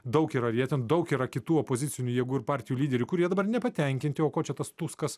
daug yra ir jie ten daug yra kitų opozicinių jėgų ir partijų lyderių kurie dabar nepatenkinti o ko čia tas tuskas